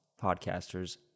podcasters